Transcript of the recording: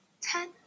ten